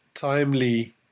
Timely